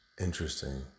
interesting